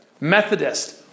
Methodist